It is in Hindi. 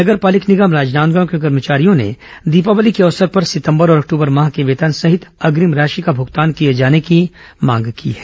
नगर पालिक निगम राजनांदगांव के कर्मचारियों ने दीपावली के अवसर पर सितंबर और अक्टबर माह के वेतन सहित अग्रिम राशि का भुगतान किए जाने की मांग की है